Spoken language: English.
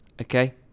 okay